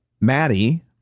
Maddie